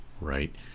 right